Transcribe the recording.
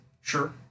Sure